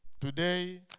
Today